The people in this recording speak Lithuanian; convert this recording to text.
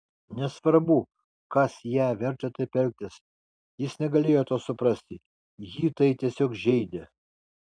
nesvarbu kas ją vertė taip elgtis jis negalėjo to suprasti jį tai tiesiog žeidė